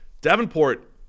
Davenport